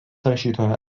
rašytojo